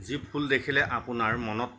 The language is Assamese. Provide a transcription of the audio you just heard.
যি ফুল দেখিলে আপোনাৰ মনত